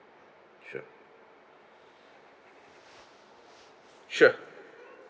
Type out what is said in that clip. sure sure